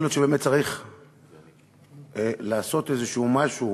יכול להיות שבאמת צריך לעשות איזה משהו